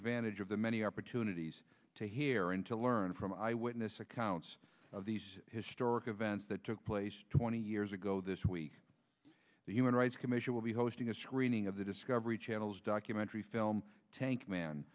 advantage of the many opportunities to hear and to learn from eyewitness accounts of these historic events that took place twenty years ago this week the human rights commission will be hosting a screening of the discovery channel's documentary film tank man